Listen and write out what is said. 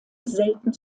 selten